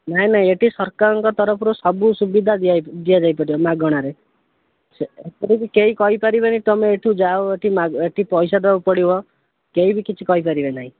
ନାଇଁ ନାଇଁ ଏଠି ସରକାରଙ୍କ ତରଫରୁ ସବୁ ସୁବିଧା ଦିଆଯାଇ ଦିଆ ଯାଇପାରିବ ମାଗଣାରେ ସେପଟେ ବି କେହି କହିପାରିବେନି ତମେ ଏଠୁ ମାଗଣାରେ ଯାହା କି ଏଠି ପଇସା ଦେବାକୁ ପଡ଼ିବ କେହି ବି କିଛି କହିପାରିବେ ନାହିଁ